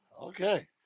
okay